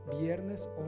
viernes